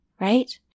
right